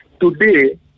today